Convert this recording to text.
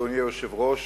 אדוני היושב-ראש,